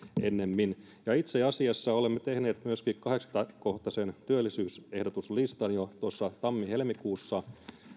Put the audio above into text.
ennemmin ja itse asiassa olemme tehneet myöskin kahdeksankymmentä kohtaisen työllisyysehdotuslistan jo tuossa tammi helmikuussa